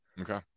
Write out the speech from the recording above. Okay